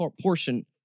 portion